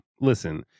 Listen